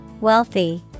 Wealthy